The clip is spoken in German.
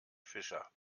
fischer